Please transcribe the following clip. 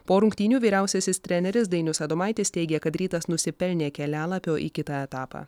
po rungtynių vyriausiasis treneris dainius adomaitis teigė kad rytas nusipelnė kelialapio į kitą etapą